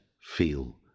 feel